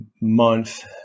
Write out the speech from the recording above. month